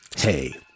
Hey